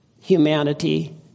humanity